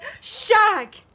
shag